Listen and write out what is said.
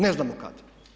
Ne znamo kad.